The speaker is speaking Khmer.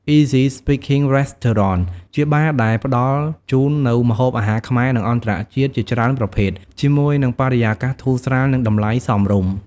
Easy Speaking Restaurant ជាបារដែលផ្ដល់ជូននូវ ម្ហូបអាហារខ្មែរ និងអន្តរជាតិជាច្រើនប្រភេទ ជាមួយនឹង បរិយាកាសធូរស្រាល និងតម្លៃសមរម្យ។